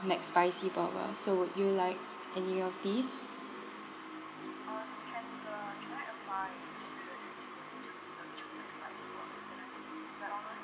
McSpicy burger so would you like any of these